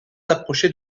approcher